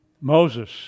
Moses